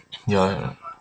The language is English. ya